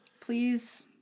please